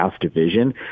Division